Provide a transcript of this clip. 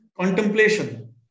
contemplation